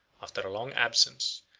after a long absence,